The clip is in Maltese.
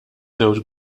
żewġ